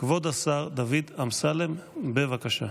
כבוד השר דוד אמסלם, בבקשה.